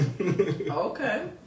Okay